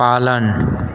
पालन